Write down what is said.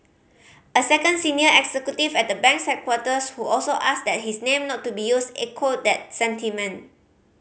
a second senior executive at the bank's headquarters who also asked that his name not to be used echoed that sentiment